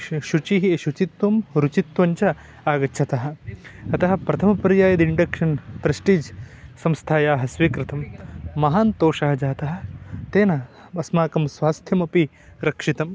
शु शुचिः शुचित्वं रुचित्वञ्च आगच्छतः अतः प्रथमपर्याये यद् इण्डक्शन् प्रेस्टीज् संस्थायाः स्वीकृतं महान्तोषः जातः तेन अस्माकं स्वास्थ्यमपि रक्षितं